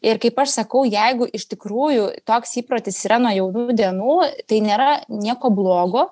ir kaip aš sakau jeigu iš tikrųjų toks įprotis yra nuo jaunų dienų tai nėra nieko blogo